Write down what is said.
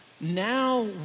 now